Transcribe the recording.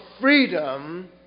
freedom